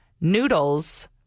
noodles